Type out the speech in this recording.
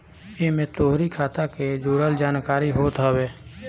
एमे तोहरी खाता के जुड़ल जानकारी होत हवे